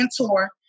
mentor